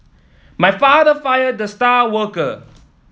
my father fired the star worker